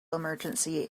emergency